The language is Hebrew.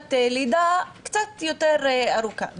חופשת לידה קצת יותר ארוכה,